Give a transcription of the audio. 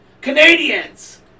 Canadians